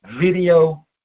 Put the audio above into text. video